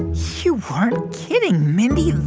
you weren't kidding, mindy.